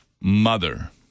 mother